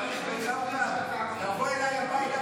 לברך בקפלן?